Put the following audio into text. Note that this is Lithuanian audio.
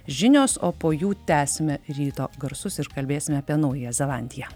žinios o po jų tęsime ryto garsus ir kalbėsime apie naująją zelandiją